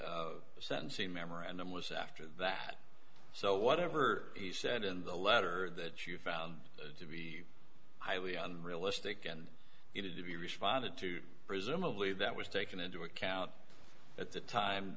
and sentencing memorandum was after that so whatever he said in the letter that you found to be highly realistic and it had to be responded to presumably that was taken into account at the time